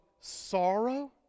sorrow